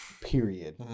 period